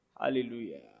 Hallelujah